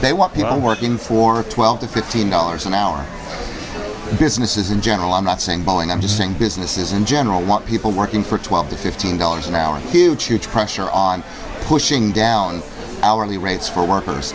people working for twelve to fifteen dollars an hour businesses in general i'm not saying boeing i'm just saying business is in general want people working for twelve to fifteen dollars an hour huge huge pressure on pushing down hourly rates for workers